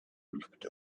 looked